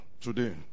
today